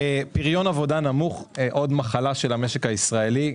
פריון עבודה נמוך הוא עוד מחלה של המשק הישראלי,